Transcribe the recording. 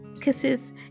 Kisses